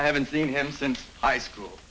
i haven't seen him since high school